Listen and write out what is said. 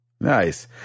Nice